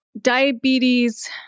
Diabetes